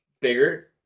bigger